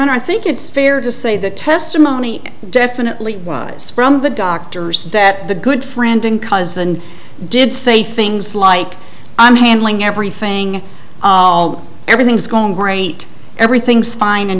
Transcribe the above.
honor i think it's fair to say the testimony definitely was from the doctors that the good friend and cousin did say things like i'm handling everything oh everything's going great everything's fine and